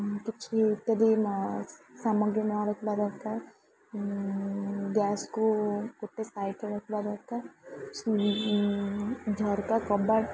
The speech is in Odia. କିଛି ଇତ୍ୟାଦି ନ ସାମଗ୍ରୀ ନ ରଖିବା ଦରକାର ଗ୍ୟାସ୍କୁ ଗୋଟେ ସାଇଟରେ ରଖିବା ଦରକାର ଝରକା କବାଟ